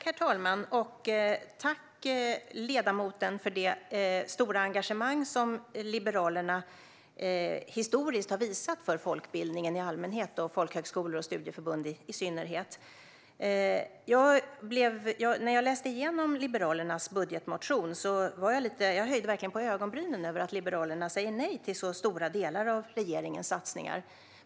Herr talman! Tack, ledamoten, för det stora engagemang som Liberalerna historiskt har visat för folkbildningen i allmänhet och folkhögskolor och studieförbund i synnerhet. När jag läste igenom Liberalernas budgetmotion höjde jag verkligen på ögonbrynen åt att Liberalerna säger nej till så stora delar av regeringens satsningar.